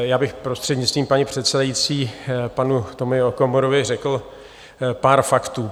Já bych prostřednictvím paní předsedající panu Tomio Okamurovi řekl pár faktů.